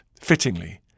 Fittingly